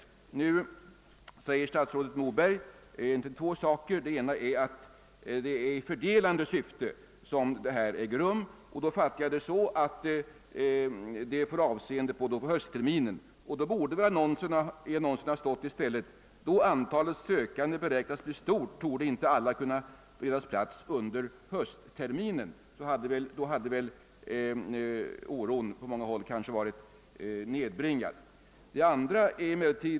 I sitt svar säger statsrådet Moberg att spärren har fördelande syfte. Jag fattar detta så, att den får avseende på höstterminen. Om detta är riktigt borde det i stället i annonsen ha stått: Då antalet sökande beräknas bli stort torde inte alla kunna beredas plats under höstterminen. Om annonsen fått den formuleringen kanske oron i många fall hade minskats.